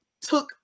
took